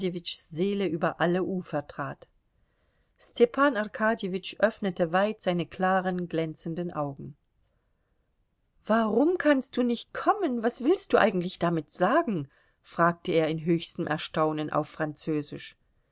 seele über alle ufer trat stepan arkadjewitsch öffnete weit seine klaren glänzenden augen warum kannst du nicht kommen was willst du eigentlich damit sagen fragte er in höchstem erstaunen auf französisch